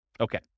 Okay